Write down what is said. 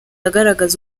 agaragaza